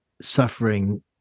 suffering